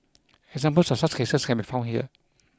examples of such cases can be found here